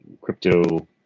crypto